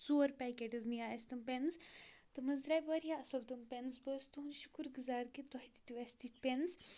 ژور پکٮ۪ٹٕز نِیے اَسہِ تِم پٮ۪نٕز تِم حظ درٛاے وارِیاہ اَصٕل تم پٮ۪نٕز بہٕ ٲسٕس تُہُنٛد شُکُر گُزار کہِ تۄہہِ دِتِوٕاَسہِ تِتھۍ پٮ۪نٕز